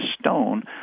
stone